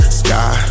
sky